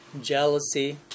jealousy